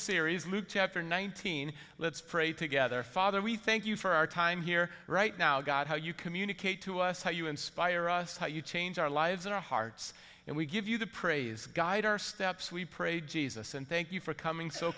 move chapter nineteen let's pray together father we thank you for our time here right now god how you communicate to us how you inspire us how you change our lives in our hearts and we give you the praise guide our steps we pray jesus and thank you for coming so